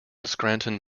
scranton